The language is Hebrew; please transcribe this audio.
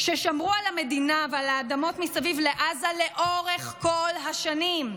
ששמרו על המדינה ועל האדמות מסביב לעזה לאורך כל השנים.